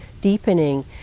deepening